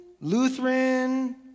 Lutheran